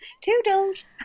Toodles